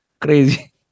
Crazy